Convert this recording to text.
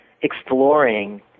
exploring